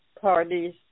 parties